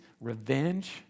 revenge